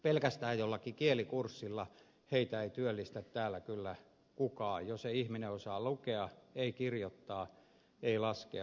pelkästään jollakin kielikurssilla heitä ei työllistä täällä kyllä kukaan jos ei ihminen osaa lukea ei kirjoittaa ei laskea